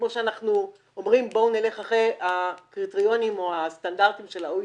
כמו שאנחנו אומרים "בואו נלך אחרי הקריטריונים או הסטנדרטים של ה-OECD"